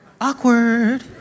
Awkward